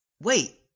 Wait